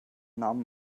namen